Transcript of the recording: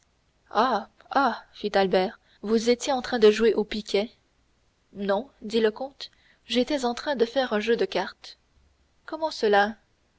fit albert vous étiez en train de jouer au piquet non dit le comte j'étais en train de faire un jeu de cartes comment cela